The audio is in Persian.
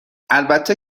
البته